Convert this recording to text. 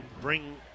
bring